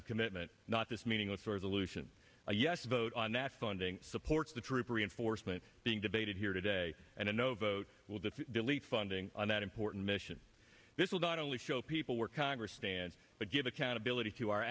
of commitment not just meaningless or solution a yes vote on that funding supports the troops reinforcement being debated here today and a no vote will to delete funding on that important mission this will not only show people where congress stand but give accountability to our